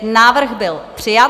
Návrh byl přijat.